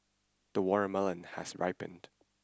the watermelon has ripened